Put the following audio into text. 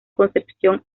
concepción